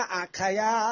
akaya